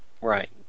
Right